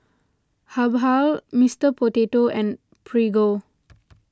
Habhal Mister Potato and Prego